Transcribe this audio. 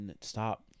stop